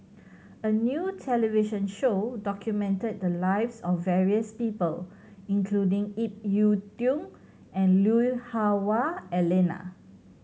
a new television show documented the lives of various people including Ip Yiu Tung and Lui Hah Wah Elena